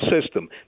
system